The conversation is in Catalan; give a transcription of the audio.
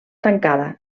tancada